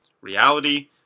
reality